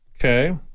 Okay